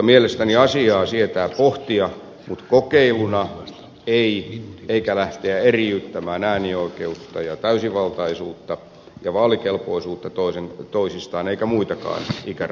mielestäni asiaa sietää pohtia mutta ei kokeiluna eikä lähteä eriyttämään äänioikeutta ja täysivaltaisuutta ja vaalikelpoisuutta toisistaan eikä muitakaan ikärajaeroavuuksia